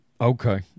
Okay